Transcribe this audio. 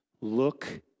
Look